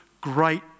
great